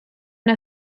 una